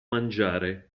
mangiare